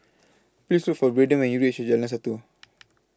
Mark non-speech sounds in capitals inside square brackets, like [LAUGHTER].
Please For Braydon when YOU REACH Jalan Satu [NOISE]